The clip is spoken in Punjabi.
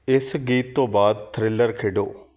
ਇਸ ਗੀਤ ਤੋਂ ਬਾਅਦ ਥ੍ਰਿਲਰ ਖੇਡੋ